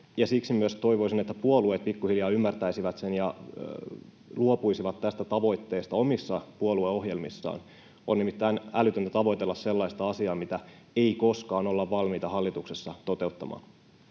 siksi myös toivoisin, että puolueet pikkuhiljaa ymmärtäisivät sen ja luopuisivat tästä tavoitteesta omissa puolueohjelmissaan. On nimittäin älytöntä tavoitella sellaista asiaa, mitä ei koskaan olla valmiita hallituksessa toteuttamaan.